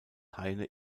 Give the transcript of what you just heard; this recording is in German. heine